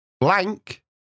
Blank